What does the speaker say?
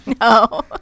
no